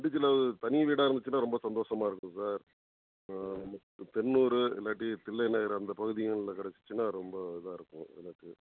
இடுக்கில் தனி வீடாக இருந்துச்சுன்னால் ரொம்ப சந்தோஷமாக இருக்கும் சார் நம்ம தென்னூர் இல்லாட்டி தில்லை நகர் அந்த பகுதிகள்ல கிடச்சிச்சுன்னா ரொம்ப இதாக இருக்கும் எனக்கு